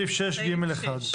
סעיף 6(ג)(1).